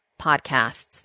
podcasts